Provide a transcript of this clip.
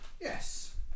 Yes